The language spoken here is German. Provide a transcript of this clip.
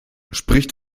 spricht